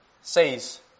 says